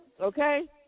Okay